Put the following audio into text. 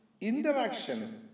interaction